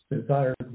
desired